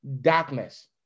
darkness